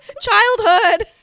Childhood